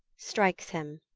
strikes him.